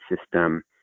system